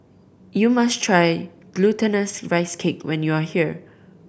you must try Glutinous Rice Cake when you are here